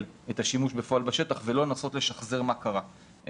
את השימוש בפועל בשטח ולא לנסות לשחזר מה קרה.